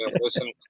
Listen